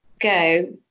go